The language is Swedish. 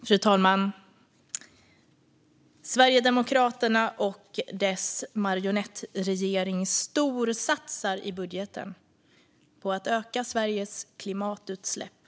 Fru talman! Sverigedemokraterna och dess marionettregering storsatsar i budgeten på att öka Sveriges klimatutsläpp.